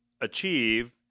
achieve